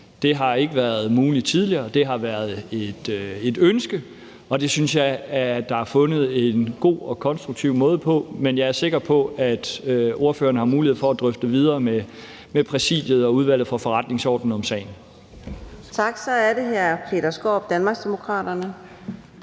Det har ikke været muligt tidligere. Det har været et ønske, og det synes jeg der er blevet fundet en god og konstruktiv måde at håndtere på, men jeg er sikker på, at det er noget, spørgeren har mulighed for at drøfte videre med Præsidiet og Udvalget for Forretningsordenen. Kl.